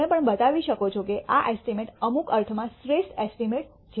તમે પણ બતાવી શકો છો કે આ એસ્ટીમેટ અમુક અર્થમાં શ્રેષ્ઠ એસ્ટીમેટ છે